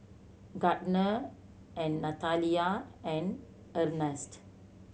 Gardner and Natalia and Ernst